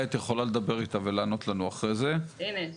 לא הייתה תגובה משפטית של המשרד להגנת הסביבה,